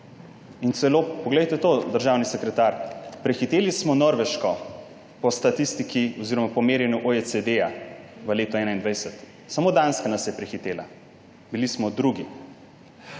poglejte to, državni sekretar, prehiteli smo Norveško po merjenju OECD v letu 2021. Samo Danska nas je prehitela. Bili smo drugi.